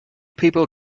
people